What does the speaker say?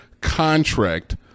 contract